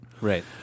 right